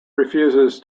refuses